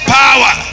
power